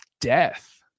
death